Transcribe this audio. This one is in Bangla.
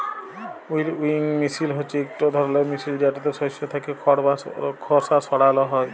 উইলউইং মিশিল হছে ইকট ধরলের মিশিল যেটতে শস্য থ্যাইকে খড় বা খসা সরাল হ্যয়